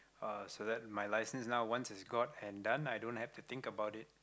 uh so that my license now once it's got and done i don't have to think about it